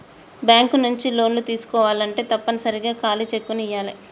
bank నుంచి లోన్లు తీసుకోవాలంటే తప్పనిసరిగా ఖాళీ చెక్కుని ఇయ్యాలే